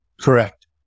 Correct